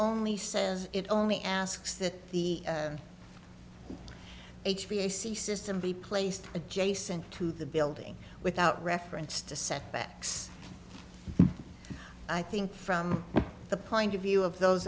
only says it only asks that the h b ac system be placed adjacent to the building without reference to setbacks i think from the point of view of those